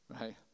right